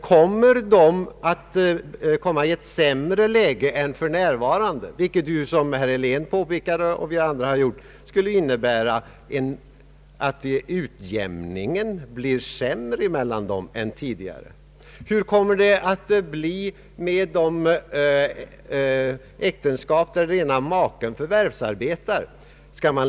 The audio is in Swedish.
Kommer de i ett sämre läge än för närvarande, vilket — som både herr Helén och andra har påpekat — skulle innebära att utjämningen mellan dem blir sämre än tidigare? Hur blir det med de äktenskap där bara en av makarna förvärvsarbetar?